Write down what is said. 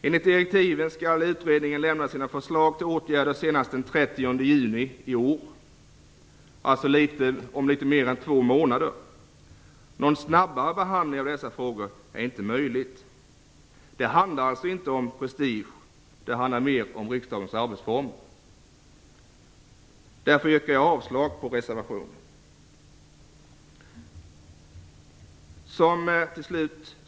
Enligt direktiven skall utredningen lämna sina förslag till åtgärder senast den 30 juni i år, alltså om litet mer än två månader. Någon snabbare behandling av dessa frågor är inte möjlig. Det handlar inte om prestige utan mer om riksdagens arbetsformer. Därför yrkar jag avslag på reservationen.